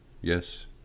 Yes